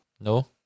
No